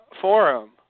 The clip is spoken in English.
forum